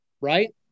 right